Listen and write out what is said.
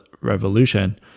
revolution